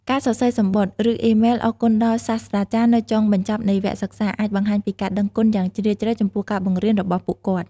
ការសរសេរសំបុត្រ ឬអ៊ីមែលអរគុណដល់សាស្រ្តាចារ្យនៅចុងបញ្ចប់នៃវគ្គសិក្សា អាចបង្ហាញពីការដឹងគុណយ៉ាងជ្រាលជ្រៅចំពោះការបង្រៀនរបស់ពួកគាត់។